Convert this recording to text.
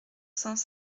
cents